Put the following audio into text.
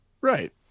Right